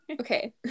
okay